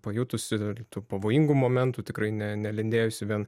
pajutusi ir tų pavojingų momentų tikrai ne nelindėjusi vien